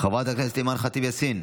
חברת הכנסת אימאן ח'טיב יאסין,